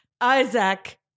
Isaac